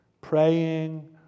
praying